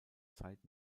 zeit